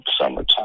summertime